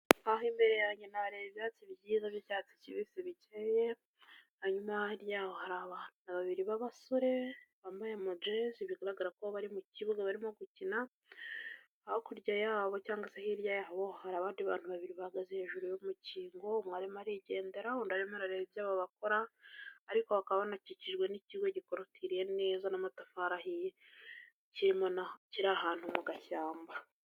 Aha imbere ndahareba ibyatsi byiza by'icyatsi kibisi bike, hanyuma hirya yaho hari abantu babiri babasore bambaye amajezi bigaragarako bari mu kibuga barimo gukina, hakurya yabo cyangwa se hirya yabo hari abandi bantu babiri bahagaze hejuru y'umukingo umwe arimo arigendera undi arimo arareba ibyo aba bakora, ariko bakaba banakikijwe n'ikigo gikorotiriye neza n'amatafari ahiye kirimo naho kiri ahantu mu gashyamba.